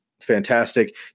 fantastic